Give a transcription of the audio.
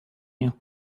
you